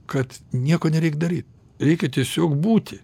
kad nieko nereik daryt reikia tiesiog būti